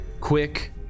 quick